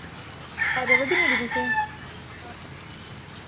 आवा दी मेरी तुसें